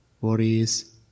worries